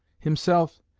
himself,